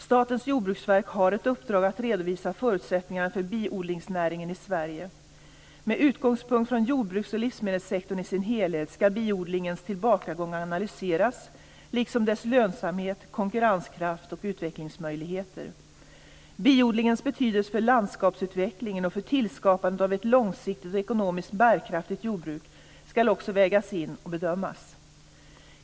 Statens jordbruksverk har ett uppdrag att redovisa förutsättningarna för biodlingsnäringen i Sverige. Med utgångspunkt från jordbruks och livsmedelssektorn i sin helhet ska biodlingens tillbakagång analyseras liksom dess lönsamhet, konkurrenskraft och utvecklingsmöjligheter. Biodlingens betydelse för landskapsutvecklingen och för tillskapande av ett långsiktigt och ekonomiskt bärkraftigt jordbruk ska också vägas in och bedömas.